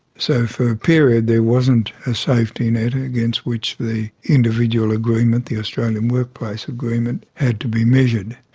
so for a period there wasn't a safety net against which the individual agreement, the australian workplace agreement, had to be measured.